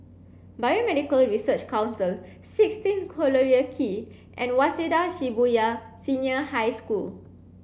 Biomedical Research Council sixteen Collyer Quay and Waseda Shibuya Senior High School